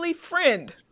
friend